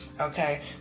okay